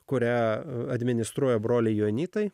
kurią administruoja broliai joanitai